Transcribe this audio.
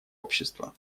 общества